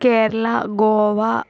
Kerala Goa